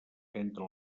entre